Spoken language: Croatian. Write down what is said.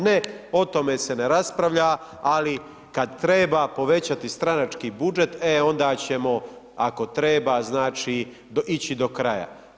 Ne, o tome se ne raspravlja, ali kad treba povećati stranački budžet, e onda ćemo ako treba znači ići do kraja.